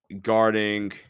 guarding